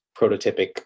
prototypic